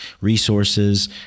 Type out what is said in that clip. resources